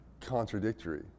contradictory